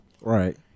Right